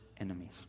enemies